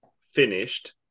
finished